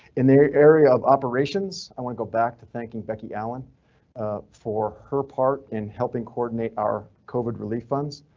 in their area of operations i wanna go back to thanking becky allen for her part in helping coordinate our covid relief funds.